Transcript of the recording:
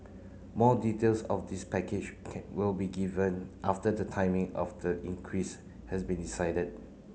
more details of this package can will be given after the timing of the increase has been decided